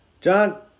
John